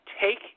take